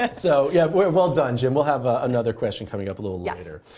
but so yeah, well done, jim. we'll have ah another question coming up a little later.